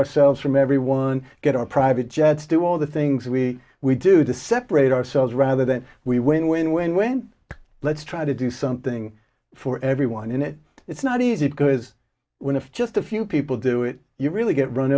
ourselves from everyone get our private jets do all the things we we do to separate ourselves rather than we win win win win let's try to do something for everyone in it it's not easy because when it's just a few people do it you really get run